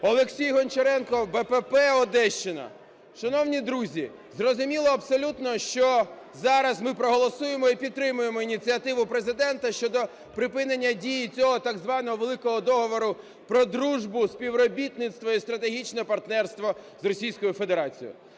Олексій Гончаренко, БПП, Одещина. Шановні друзі, зрозуміло абсолютно, що зараз ми проголосуємо і підтримаємо ініціативу Президента щодо припинення дії цього так званого "великого" Договору про дружбу, співробітництво і стратегічне партнерство з Російською Федерацією.